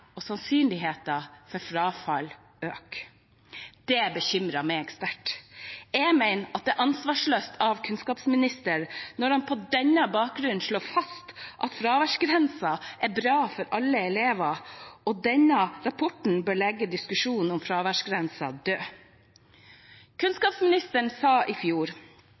og sannsynligheten for frafall øker. Det bekymrer meg sterkt. Jeg mener det er ansvarsløst av kunnskapsministeren når han på denne bakgrunnen slår fast at fraværsgrensen er bra for alle elever, og at denne rapporten bør legge diskusjonen om fraværsgrensen død. Kunnskapsministeren sa i fjor